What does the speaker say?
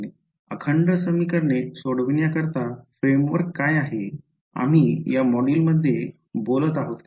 अखंड समीकरणे सोडवण्याकरता फ्रेमवर्क काय आहे आम्ही या मॉड्यूलमध्ये बोलत आहोत का